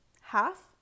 Half